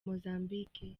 mozambique